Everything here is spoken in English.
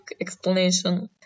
explanation